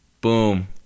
boom